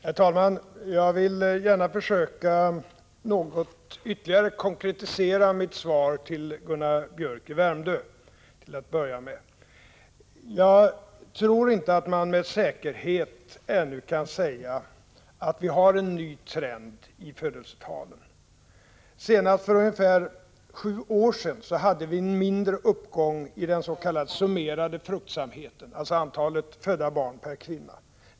Herr talman! Till att börja med vill jag gärna försöka att något ytterligare konkretisera mitt svar till Gunnar Biörck i Värmdö. Jag tror inte att man ännu med säkerhet kan säga att vi har en ny trend i födelsetalen. Senast för ungefär sju år sedan hade vi en mindre uppgång i den s.k. summerade fruktsamheten, dvs. antalet födda barn per kvinna.